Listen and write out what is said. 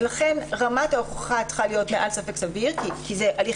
לכן רמת ההוכחה צריכה להיות מעל ספק סביר כי זה הליך